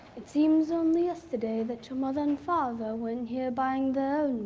it seems only yesterday that your mother and father were in here buying their